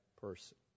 person